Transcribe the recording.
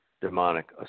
demonic